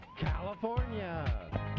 California